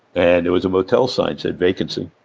and there was a motel sign, said, vacancy,